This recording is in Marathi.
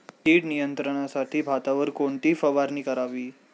कीड नियंत्रणासाठी भातावर कोणती फवारणी करावी?